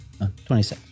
26